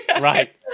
Right